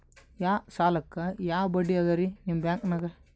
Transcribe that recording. ಯಾ ಸಾಲಕ್ಕ ಯಾ ಬಡ್ಡಿ ಅದರಿ ನಿಮ್ಮ ಬ್ಯಾಂಕನಾಗ?